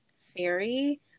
fairy